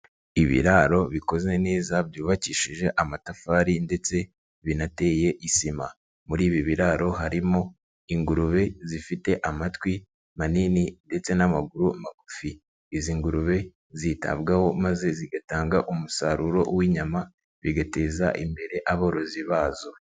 Ibiraro bikoze neza byubakishije amatafari ndetse binateye isima, muri ibi biraro harimo ingurube zifite amatwi manini ndetse n'amaguru magufi, izi ngurube zitabwaho maze zigatanga umusaruro w'inyama bigateza imbere aborozi bazo.